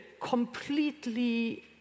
completely